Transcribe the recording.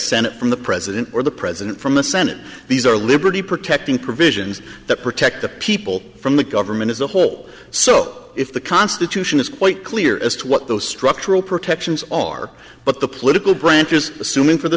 senate from the president or the president from the senate these are liberty protecting provisions that protect the people from the government as a whole so if the constitution is quite clear as to what those structural protections are but the political branches assuming for the